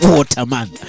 Waterman